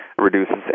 reduces